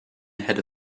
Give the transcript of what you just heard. ahead